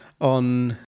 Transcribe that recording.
on